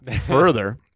further